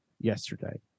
yesterday